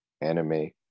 anime